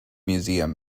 museum